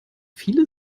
viele